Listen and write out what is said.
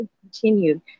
continued